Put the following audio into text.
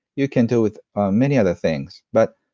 you can do it with many other things. but,